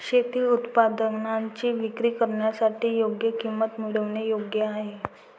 शेती उत्पादनांची विक्री करण्यासाठी योग्य किंमत मिळवणे योग्य आहे